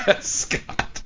Scott